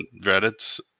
Reddit